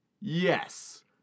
yes